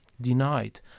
denied